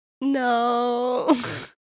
No